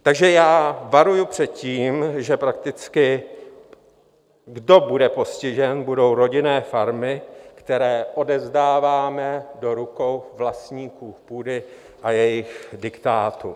Takže já varuju před tím, že kdo bude postižen, budou rodinné farmy, které odevzdáváme do rukou vlastníků půdy a jejich diktátu.